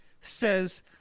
says